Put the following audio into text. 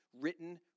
written